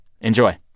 enjoy